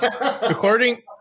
According